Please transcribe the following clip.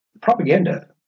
propaganda